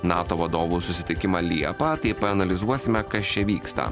nato vadovų susitikimą liepą tai paanalizuosime kas čia vyksta